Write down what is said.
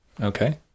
Okay